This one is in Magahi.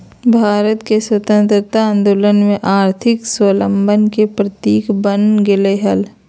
भारत के स्वतंत्रता आंदोलन में आर्थिक स्वाबलंबन के प्रतीक बन गेलय हल